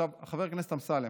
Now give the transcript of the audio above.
חבר הכנסת אמסלם,